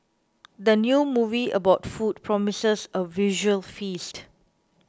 the new movie about food promises a visual feast